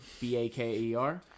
B-A-K-E-R